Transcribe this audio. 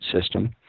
system